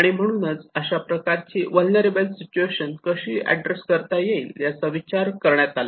आणि म्हणूनच अशा प्रकारचे प्रकारची वुलनेराबल सिच्युएशन कशी ऍड्रेस करता येईल याचा विचार करण्यात आला